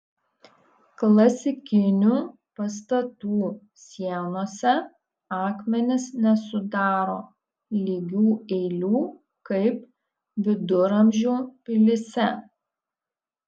klasikinių pastatų sienose akmenys nesudaro lygių eilių kaip viduramžių pilyse